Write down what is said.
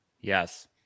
Yes